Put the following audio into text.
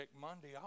Monday